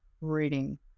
reading